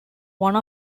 one